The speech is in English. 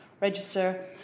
register